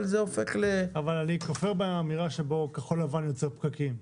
אבל אני כופר באמירה שבכחול לבן יוצר פקקים.